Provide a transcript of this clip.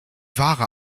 wahre